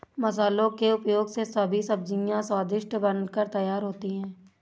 मसालों के उपयोग से सभी सब्जियां स्वादिष्ट बनकर तैयार होती हैं